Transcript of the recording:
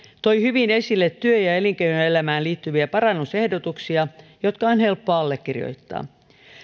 toi hyvin esille työ ja elinkeinoelämään liittyviä parannusehdotuksia jotka on helppo allekirjoittaa